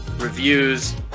reviews